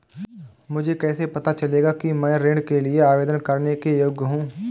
मुझे कैसे पता चलेगा कि मैं ऋण के लिए आवेदन करने के योग्य हूँ?